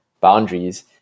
boundaries